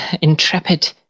Intrepid